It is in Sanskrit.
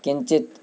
किञ्चित्